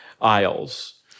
Isles